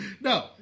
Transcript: No